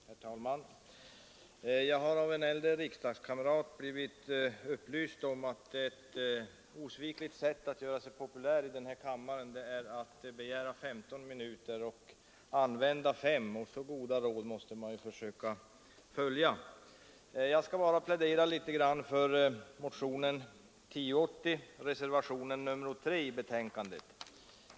Herr talman! Jag har av en äldre riksdagskamrat blivit upplyst om att ett osvikligt sätt att göra sig populär i kammaren är att begära 15 minuters taletid och använda 5, och så goda råd måste man försöka följa. Jag skall bara plädera litet grand för motionen 1080, reservationen 3 i betänkandet.